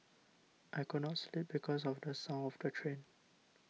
I could not sleep because of the sound of the train